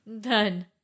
done